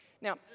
Now